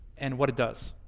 and what it does.